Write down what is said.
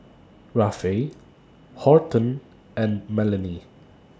Rafe Horton and Melany